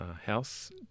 house